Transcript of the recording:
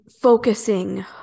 focusing